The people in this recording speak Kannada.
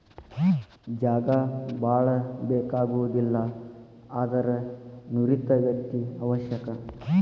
ಜಾಗಾ ಬಾಳ ಬೇಕಾಗುದಿಲ್ಲಾ ಆದರ ನುರಿತ ವ್ಯಕ್ತಿ ಅವಶ್ಯಕ